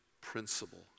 principle